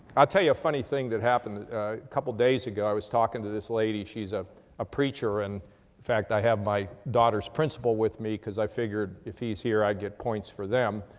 i'll tell you a funny thing that happened a couple of days ago. i was talking to this lady, she's ah a preacher and fact i had my daughter's principal with me because i figured if he's here i'd get points for them,